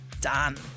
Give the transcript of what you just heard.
done